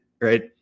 right